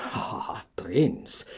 ah, prince,